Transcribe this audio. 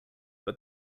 but